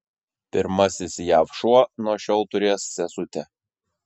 pirmasis jav šuo nuo šiol turės sesutę